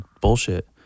bullshit